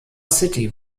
city